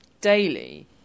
daily